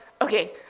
okay